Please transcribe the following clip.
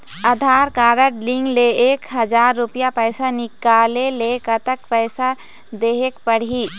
आधार card link ले एक हजार रुपया पैसा निकाले ले कतक पैसा देहेक पड़ही?